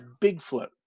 Bigfoot